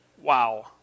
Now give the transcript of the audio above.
Wow